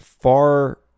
far